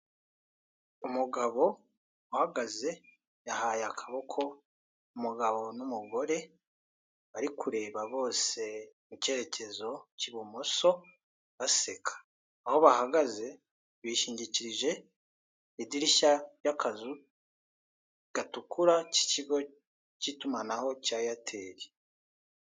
Umugabo uhagaze yahaye akaboko umugabo n'umugore bari kureba bose mu cyerekezo cy'ibumoso baseka aho bahagaze bishingikirije idirishya ry'akazu gatukura k'ikigo k'itumanaho cya Airtel.